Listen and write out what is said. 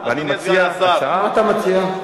ואני מציע הצעה, מה אתה מציע?